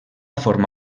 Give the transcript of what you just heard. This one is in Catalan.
forma